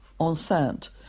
Enceinte